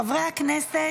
חברי הכנסת,